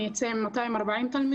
אני נמצאת עם 240 תלמידים.